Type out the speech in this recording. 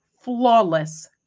flawless